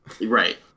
Right